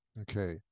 okay